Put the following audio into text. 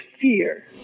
fear